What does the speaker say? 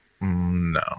no